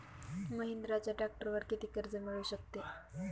महिंद्राच्या ट्रॅक्टरवर किती कर्ज मिळू शकते?